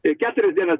per keturias dienas